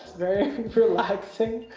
very relaxing,